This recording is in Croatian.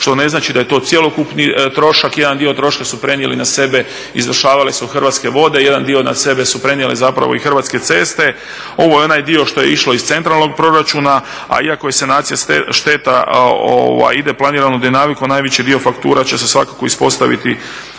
što ne znači da je to cjelokupni trošak. Jedan dio troška su prenijeli na sebe, izvršavale su Hrvatske vode, jedan dio na sebe su prenijele zapravo i Hrvatske ceste. Ovo je onaj dio što je išlo iz centralnog proračuna, a iako je sanacija šteta ide planiranom dinamikom najveći dio faktura će se svakako ispostaviti